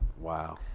Wow